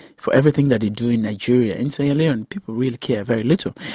for everything that they do in nigeria. in sierra leone, people really care very little.